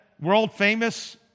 world-famous